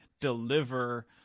deliver